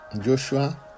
joshua